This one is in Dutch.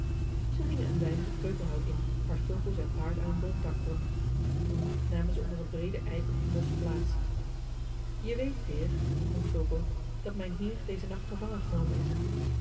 zij gingen een weinig het kreupelhout in waar fulco zijn paard aan een boomtak bond toen namen zij onder een breeden eik op het mos plaats je weet peer begon fulco dat mijn heer dezen nacht gevangen genomen is